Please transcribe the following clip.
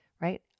right